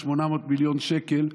800 מיליון שקל,